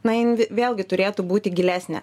na jin vėlgi turėtų būti gilesnė